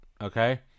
Okay